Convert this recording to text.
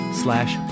slash